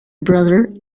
brother